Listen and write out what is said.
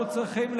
אנחנו צריכים,